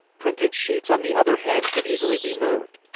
printed sheets on the other hand could easily be moved.